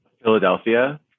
Philadelphia